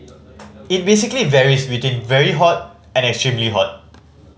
it basically varies between very hot and extremely hot